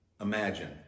imagine